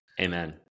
Amen